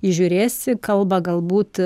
įžiūrėsi kalbą galbūt